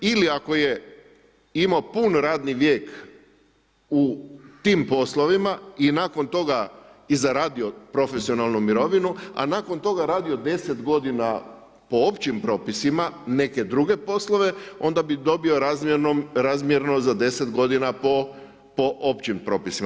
Ili ako je imao pun radni vijek u tim poslovima i nakon toga i zaradio profesionalnu mirovinu, a nakon toga radio 10 godina po općim propisima neke druge poslove onda bi dobio razmjeno za 10 godina po općim propisima.